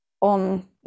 on